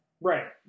Right